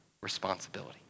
responsibility